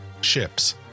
ships